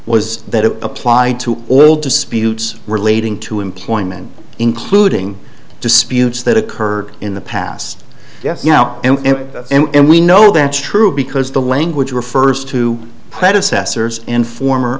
was that it applied to all disputes relating to employment including disputes that occurred in the past yes you know and we know that's true because the language refers to predecessors in former